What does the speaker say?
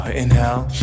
inhale